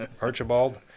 archibald